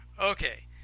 Okay